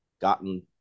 gotten